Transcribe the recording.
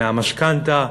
מהמשכנתה?